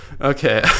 Okay